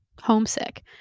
homesick